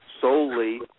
solely